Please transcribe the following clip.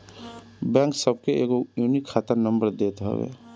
bank सबके एगो unique खाता नंबर देत हवे